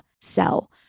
sell